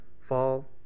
Fall